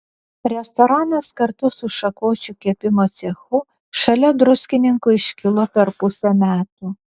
restoranas kartu su šakočių kepimo cechu šalia druskininkų iškilo per pusę metų